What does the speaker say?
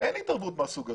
אין התערבות מהסוג הזה.